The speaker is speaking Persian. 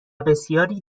بسیاری